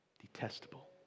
Detestable